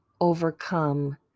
overcome